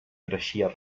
creixia